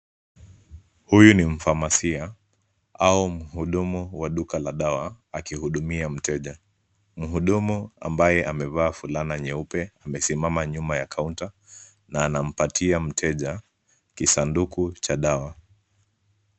Huyu ni [cs ] mfamasia[cs ] au mhudumu wa duka la dawa akihudumia mteja. Mhudumu ambaye amevaa fulana nyeupe amesimama nyuma ya kaunta na anampatia mteja kisanduku cha dawa.